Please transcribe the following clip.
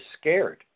scared